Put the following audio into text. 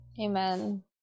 Amen